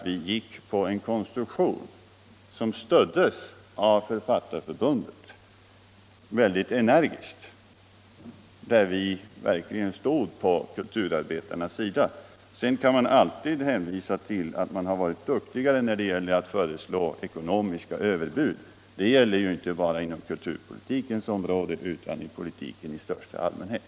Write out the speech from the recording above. Vi gick på en konstruktion som mycket energiskt stöddes av Författarförbundet och där vi verkligen stod på kulturarbetarnas sida. Sedan kan man alltid hänvisa till att man varit duktig när det gäller ekonomiska överbud. Det gäller inte bara inom kulturpolitiken, utan i politiken i största allmänhet.